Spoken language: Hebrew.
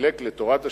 לתורת השלבים,